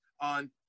on